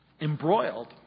embroiled